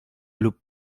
lub